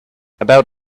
about